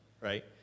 right